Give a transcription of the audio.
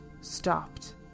stopped